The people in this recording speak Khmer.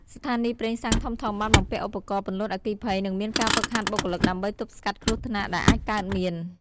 ស្ថានីយ៍ប្រេងសាំងធំៗបានបំពាក់ឧបករណ៍ពន្លត់អគ្គិភ័យនិងមានការហ្វឹកហាត់បុគ្គលិកដើម្បីទប់ស្កាត់គ្រោះថ្នាក់ដែលអាចកើតមាន។